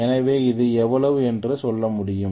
எனவே இது எவ்வளவு என்று சொல்ல முடியும்